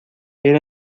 era